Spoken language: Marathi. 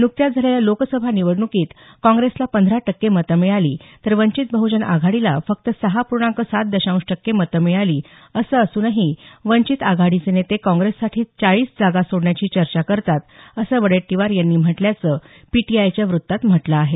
न्कत्याच झालेल्या लोकसभा निवडण्कीत काँग्रेसला पंधरा टक्के मतं मिळाली तर वंचित बहजन आघाडीला फक्त सहा पूर्णांक सात दशांश टक्के मतं मिळाली असं असूनही वंचित आघाडीचे नेते काँग्रेससाठी चाळीस जागा सोडण्याची चर्चा करतात असं वडेट्टीवार यांनी म्हटल्याचं पीटीआयच्या वृत्तात म्हटलं आहे